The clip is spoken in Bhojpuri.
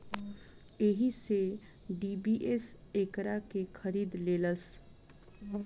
एही से डी.बी.एस एकरा के खरीद लेलस